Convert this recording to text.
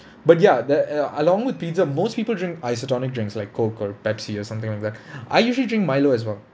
but ya there are along with pizza most people drink isotonic drinks like Coke or Pepsi or something like that I usually drink Milo as well